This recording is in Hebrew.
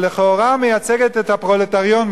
שלכאורה מייצגת את הפרולטריון,